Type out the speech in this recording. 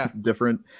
different